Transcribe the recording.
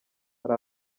hari